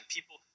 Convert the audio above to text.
People